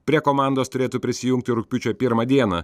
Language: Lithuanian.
prie komandos turėtų prisijungti rugpjūčio pirmą dieną